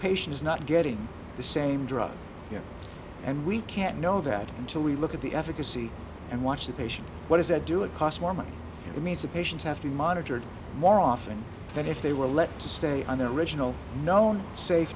patients not getting the same drug and we can't know that until we look at the efficacy and watch the patients what does that do it cost more money it means that patients have to be monitored more often than if they were let to stay on their original known safe